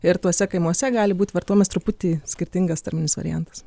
ir tuose kaimuose gali būt vartomas truputį skirtingas tarminis variantas